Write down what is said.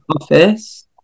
office